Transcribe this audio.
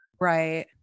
right